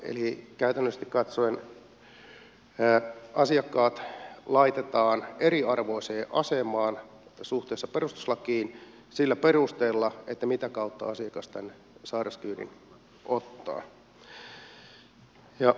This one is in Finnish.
eli käytännöllisesti katsoen asiakkaat laitetaan eriarvoiseen asemaan suhteessa perustuslakiin sillä perusteella mitä kautta asiakas tämän sairaskyydin ottaa